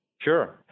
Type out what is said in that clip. Sure